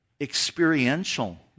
experiential